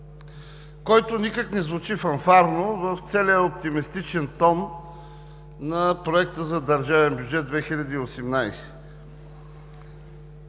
който никак не звучи фанфарно в целия оптимистичен тон на Проекта за държавен бюджет 2018.